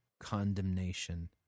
condemnation